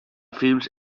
films